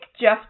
Jeff